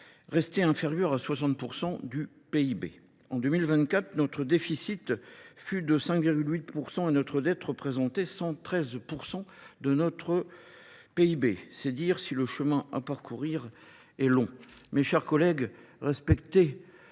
restait inférieure à 60% du PIB. En 2024, notre déficit fut de 5,8% et notre dette représentait 113% de notre PIB. C'est dire si le chemin à parcourir est long. Mes chers collègues, respecter